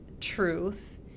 truth